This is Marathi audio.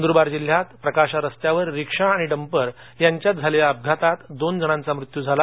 नंदुरबार जिल्ह्यात प्रकाशा रस्त्यावर रिक्षा आणि डंपर यांच्यात झालेल्या अपघातात दोन जणांचा मृत्यू झाला